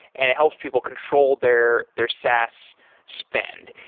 and it helps people control their their sass spend.